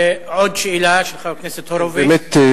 עוד שאלה של חבר הכנסת הורוביץ.